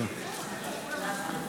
בכבוד,